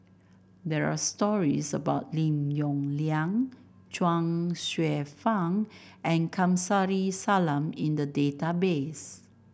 there are stories about Lim Yong Liang Chuang Hsueh Fang and Kamsari Salam in the database